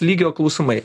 lygio klausimai